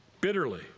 bitterly